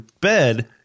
bed